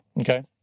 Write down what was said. okay